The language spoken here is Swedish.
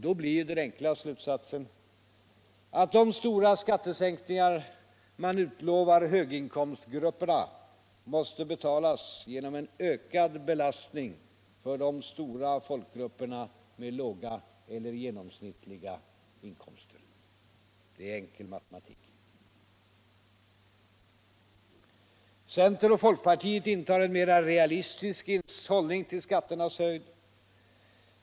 Då blir ju den enkla slutsatsen att de stora skattesänkningar man lovar höginkomstgrupperna måste betalas genom en ökad belastning på de stora folkgrupperna med låga eller genomsnittliga inkomster. Det är enkel matematik. Centern och folkpartiet intar en mer realistisk hållning till skatternas höjd.